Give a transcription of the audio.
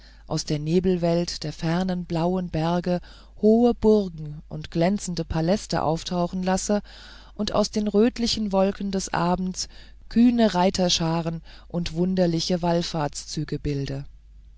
aus der nebelwelt der fernen blauen berge hohe burgen und glänzende paläste auftauchen lasse und aus den rötlichen wolken des abends kühne reiterscharen und wunderliche wallfahrtszüge bilde